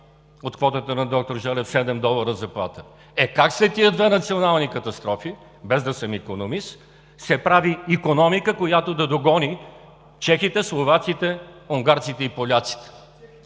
от квотата на доктор Желев – седем долара заплата. Е, как след тези две национални катастрофи, без да съм икономист, се прави икономика, която да догони чехите, словаците, унгарците и поляците?